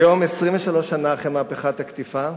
היום, 23 שנה אחרי "מהפכת הקטיפה"